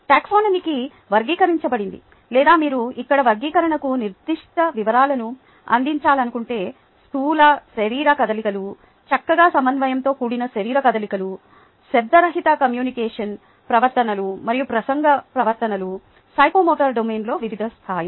టాక్సానమీకు వర్గీకరించబడింది లేదా మీరు ఇక్కడ వర్గీకరణకు నిర్దిష్ట వివరాలను అందించాలనుకుంటే స్థూల శరీర కదలికలు చక్కగా సమన్వయంతో కూడిన శరీర కదలికలు శబ్దరహిత కమ్యూనికేషన్ ప్రవర్తనలు మరియు ప్రసంగ ప్రవర్తనలు సైకోమోటర్ డొమైన్లోని వివిధ స్థాయిలు